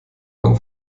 man